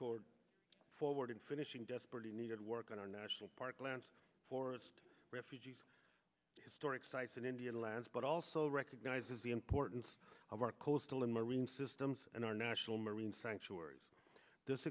toward forward in finishing desperately needed work on our national park lands forest refugees historic sites and indian lands but also recognizes the importance of our coastal and marine systems and our national marine sanctuaries this